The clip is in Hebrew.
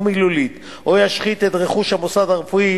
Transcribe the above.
מילולית או ישחית את רכוש המוסד הרפואי